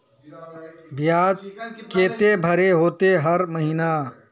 बियाज केते भरे होते हर महीना?